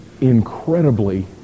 incredibly